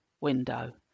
window